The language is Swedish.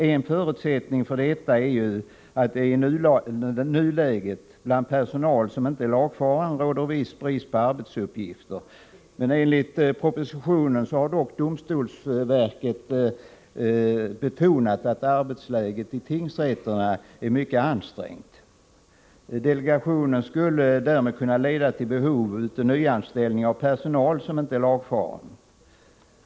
En förutsättning för detta är ju att det i nuläget bland personal som inte är lagfaren råder viss brist på arbetsuppgifter. Men enligt propositionen har domstolsverket betonat att arbetsläget i tingsrätterna är mycket ansträngt. Delegationen skulle därmed kunna leda till behov av nyanställning av personal som inte är lagfaren.